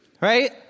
Right